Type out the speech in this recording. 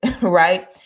right